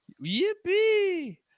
Yippee